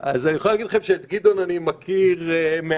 אז אני יכול להגיד לכם שאת גדעון אני מכיר מעט,